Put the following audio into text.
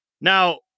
Now